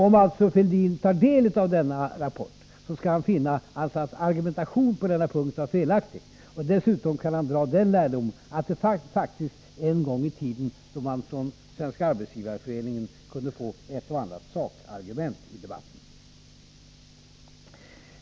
Om Fälldin tar del av denna rapport skall han alltså finna att hans argumentation på denna punkt var felaktig. Dessutom kan han dra den lärdomen att det faktiskt fanns en tid då man från Svenska arbetsgivareföreningen kunde få ett och annat sakargument i debatten.